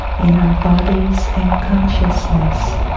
in our bodies and consciousness,